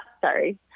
sorry